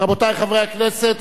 רבותי חברי הכנסת,